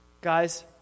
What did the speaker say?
guys